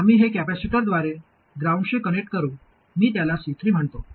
आम्ही हे कॅपेसिटरद्वारे ग्राउंडशी कनेक्ट करू मी त्याला C3म्हणतो